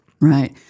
Right